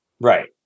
Right